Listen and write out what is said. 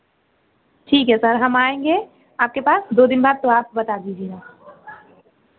ठीक है सर हम आएँगे आपके पास दो दिन बाद तो आप बता दीजिएगा